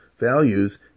values